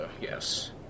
Yes